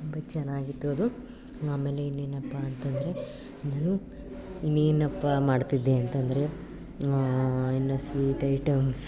ತುಂಬ ಚೆನ್ನಾಗಿತ್ತು ಅದು ಆಮೇಲೆ ಇನ್ನೇನಪ್ಪ ಅಂತ ಅಂದ್ರೆ ಎಲ್ಲರೂ ಇನ್ನೇನಪ್ಪಾ ಮಾಡ್ತಿದ್ದೆ ಅಂತ ಅಂದ್ರೆ ಇನ್ನೂ ಸ್ವೀಟ್ ಐಟಮ್ಸ್